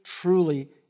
truly